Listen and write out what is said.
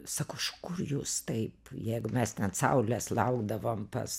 sako iš kur jūs taip jeigu mes ten saulės laukdavom pas